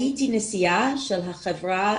הייתי נשיאה של החברה,